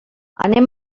anem